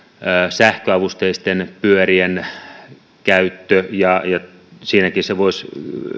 sähköavusteisten pyörien käyttö siinäkin voisi